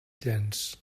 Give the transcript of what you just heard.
llenç